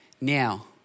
Now